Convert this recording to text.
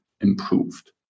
improved